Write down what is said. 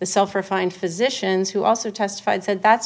the self refined physicians who also testified said that's